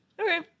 Okay